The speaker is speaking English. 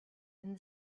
and